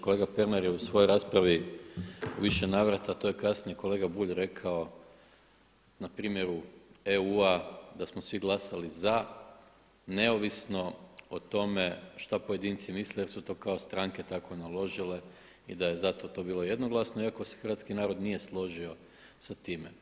Kolega Pernar je u svojoj raspravi u više navrata, a to je kasnije kolega Bulj rekao na primjeru EU-a da smo svi glasali za neovisno o tome šta pojedinci misle jer su to kao stranke tako naložile i da je zato to bilo jednoglasno, iako se Hrvatski narod nije složio sa time.